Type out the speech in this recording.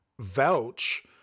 vouch